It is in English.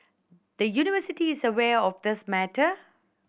the university is aware of this matter